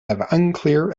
unclear